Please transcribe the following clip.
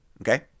okay